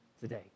today